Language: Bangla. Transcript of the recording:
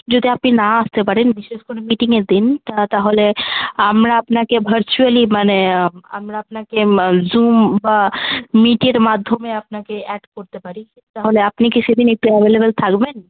যদি আপনি না আসতে পারেন বিশেষ করে মিটিংয়ের দিন তা তাহলে আমরা আপনাকে ভার্চুয়ালি মানে আমরা আপনাকে জুম বা মিটের মাধ্যমে আপনাকে অ্যাড করতে পারি তাহলে আপনি কি সেদিন একটু অ্যাভেলেবেল থাকবেন